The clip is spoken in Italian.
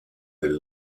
del